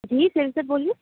جی پھر سے بولیے